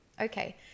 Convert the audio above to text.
Okay